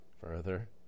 further